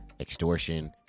extortion